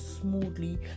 smoothly